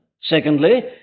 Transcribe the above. Secondly